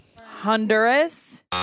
Honduras